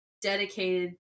dedicated